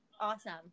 Awesome